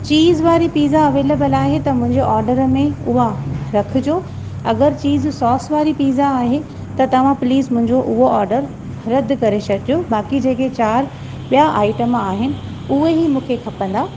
चीज़ वारी pizza available आहे त मुंहिंजे ऑर्डर में उहा रखिजो अगरि चीज़ सॉस वारी पिज़्ज़ा आहे त तव्हां प्लीज़ मुंहिंजो उहो ऑर्डर रद करे छॾिजो बाक़ी जेके चार ॿिया आइटम आहिनि उहे ई मूंखे खपंदा